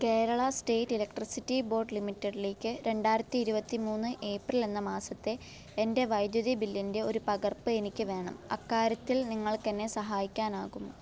Kerala state electricity board ലിമിറ്റഡിക്ക് രണ്ടായിരത്തി ഇരുപത്തിമൂന്ന് ഏപ്രിൽ എന്ന മാസത്തെ എന്റെ വൈദ്യുതി ബില്ലിന്റെ ഒരു പകർപ്പ് എനിക്ക് വേണം അക്കാര്യത്തിൽ നിങ്ങൾക്ക് എന്നെ സഹായിക്കാനാകുമോ